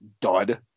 dud